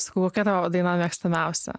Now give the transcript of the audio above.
sakau kokia tavo daina mėgstamiausia